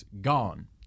gone